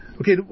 okay